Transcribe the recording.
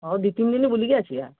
ହଉ ଦୁଇ ତିନି ଦିନ ବୁଲିକି ଆସିବା